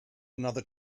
another